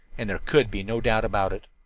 and there could be no doubt about it.